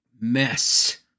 mess